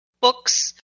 books